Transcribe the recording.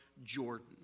Jordan